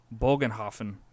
Bogenhofen